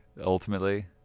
ultimately